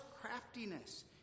craftiness